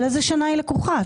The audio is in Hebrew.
מאיזו שנה היא לקוחה?